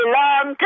long